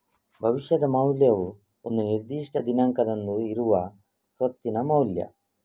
ಭವಿಷ್ಯದ ಮೌಲ್ಯವು ಒಂದು ನಿರ್ದಿಷ್ಟ ದಿನಾಂಕದಂದು ಇರುವ ಸ್ವತ್ತಿನ ಮೌಲ್ಯ